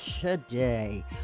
today